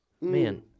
Man